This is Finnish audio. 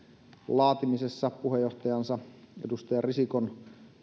laatimisessa puheenjohtajansa edustaja risikon